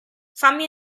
fammi